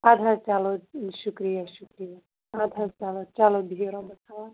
اَدٕ حظ چَلو شُکریہ شُکریہ اَدٕ حظ چَلو چَلو بیٚہو رۄبس حَوالہٕ